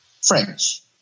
French